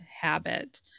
habit